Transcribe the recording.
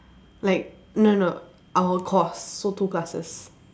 like no no our course so two classes